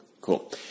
Cool